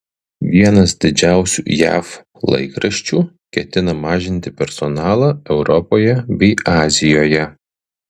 vienas didžiausių jav laikraščių ketina mažinti personalą europoje bei azijoje